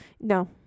No